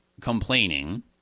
complaining